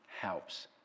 helps